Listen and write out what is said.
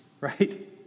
right